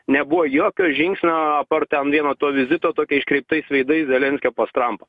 nebuvo jokio žingsnio apart ten vieno to vizito tokia iškreiptais veidais zelenskio pas trampą